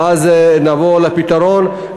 ואז נבוא לפתרון,